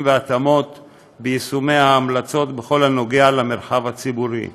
והתאמות ביישום ההמלצות בכל הקשור למרחב הציבורי